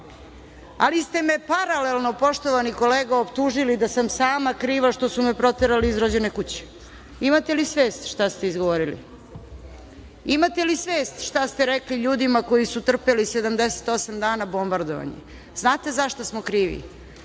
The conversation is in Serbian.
ali ste me paralelno, poštovani kolega, optužili da sam sama kriva što su me proterali iz rođene kuće. Imate li svest šta ste izgovorili? Imate li svest šta ste rekli ljudima koji su trpeli 78 dana bombardovanje? Znate za šta smo